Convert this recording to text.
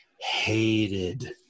hated